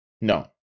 No